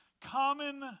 common